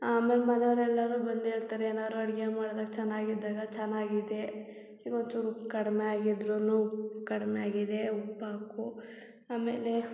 ಆಮೇಲೆ ಮನೆವ್ರು ಎಲ್ಲರೂ ಬಂದು ಹೇಳ್ತಾರೆ ಏನಾದ್ರೂ ಅಡುಗೆ ಮಾಡ್ದಾಗ ಚೆನ್ನಾಗಿದ್ದಾಗ ಚೆನ್ನಾಗಿದೆ ಇದು ಒಂಚೂರು ಉಪ್ಪು ಕಡಿಮೆ ಆಗಿದ್ರೂ ಉಪ್ಪು ಕಡಿಮೆ ಆಗಿದೆ ಉಪ್ಪು ಹಾಕು ಆಮೇಲೆ